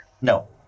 No